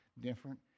different